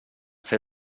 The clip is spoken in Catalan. fer